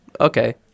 Okay